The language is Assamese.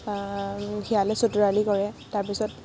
শিয়ালে চতুৰালি কৰে তাৰপিছত